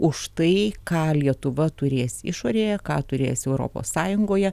už tai ką lietuva turės išorėje ką turės europos sąjungoje